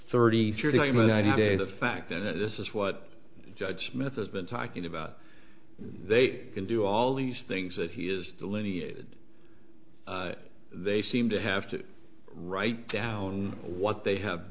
my day the fact that this is what judge smith has been talking about they can do all these things that he is delineated they seem to have to write down what they have